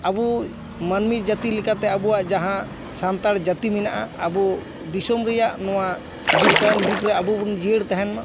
ᱟᱵᱚ ᱢᱟᱹᱱᱢᱤ ᱡᱟᱛᱤ ᱞᱮᱠᱟ ᱛᱮ ᱟᱵᱚᱣᱟᱜ ᱡᱟᱦᱟᱸ ᱥᱟᱱᱛᱟᱲ ᱡᱟᱹᱛᱤ ᱢᱮᱱᱟᱜᱼᱟ ᱟᱵᱚ ᱫᱤᱥᱚᱢ ᱨᱮᱭᱟᱜ ᱱᱚᱣᱟ ᱵᱤᱥᱥᱟᱭᱚᱱ ᱡᱩᱜᱽ ᱨᱮ ᱟᱵᱚ ᱵᱚᱱ ᱡᱤᱭᱟᱹᱲ ᱛᱟᱦᱮᱱ ᱢᱟ